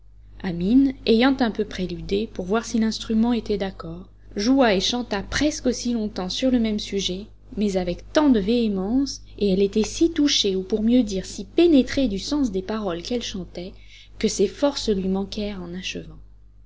amine ayant un peu préludé pour voir si l'instrument était d'accord joua et chanta presque aussi longtemps sur le même sujet mais avec tant de véhémence et elle était si touchée ou pour mieux dire si pénétrée du sens des paroles qu'elle chantait que ses forces lui manquèrent en achevant